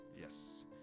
Yes